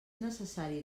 necessari